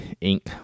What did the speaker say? ink